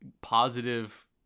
positive